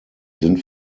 sind